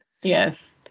Yes